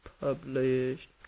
published